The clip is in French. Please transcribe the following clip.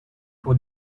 pour